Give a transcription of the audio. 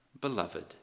beloved